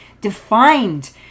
defined